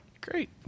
Great